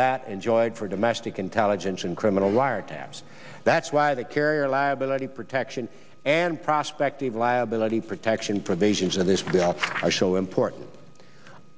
that enjoyed for domestic intelligence and criminal wiretaps that's why the carrier liability protection and prospected liability protection provisions of this bill are show important